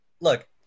look